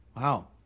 Wow